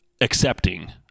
accepting